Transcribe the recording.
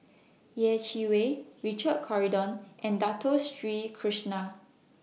Yeh Chi Wei Richard Corridon and Dato Sri Krishna